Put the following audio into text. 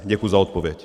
Děkuji za odpověď.